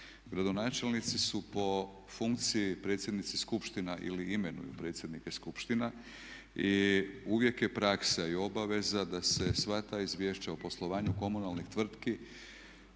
Gradonačelnici su po funkciji predsjednici skupština ili imenuju predsjednike skupština i uvijek je praksa i obaveza da se sva ta izvješća o poslovanju komunalnih tvrtki